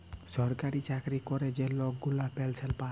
ছরকারি চাকরি ক্যরে যে লক গুলা পেলসল পায়